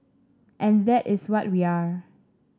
and that is what we are